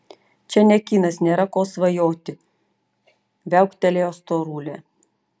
čia ne kinas nėra ko svajoti viauktelėjo storulė